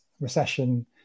recession